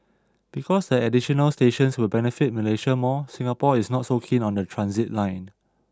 because the additional stations will benefit Malaysia more Singapore is not so keen on the transit line